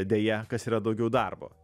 deja kas yra daugiau darbo